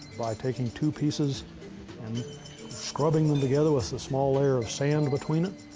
by taking two pieces and scrubbing them together with a small layer of sand between it,